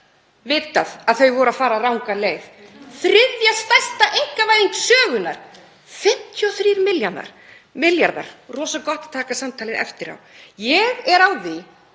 vitað að þau væru að fara ranga leið. Þriðja stærsta einkavæðing sögunnar, 53 milljarðar, rosagott að taka samtalið eftir á. Ég er á því